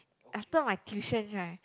after my tuition right